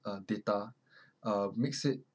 uh data uh makes it